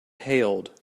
hailed